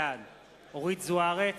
בעד אורית זוארץ,